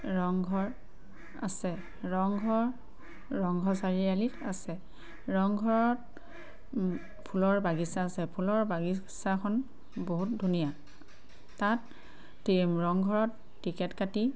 ৰংঘৰ আছে ৰংঘৰ ৰংঘৰ চাৰিআলিত আছে ৰংঘৰত ফুলৰ বাগিচা আছে ফুলৰ বাগিচাখন বহুত ধুনীয়া তাত ৰংঘৰত টিকেট কাটি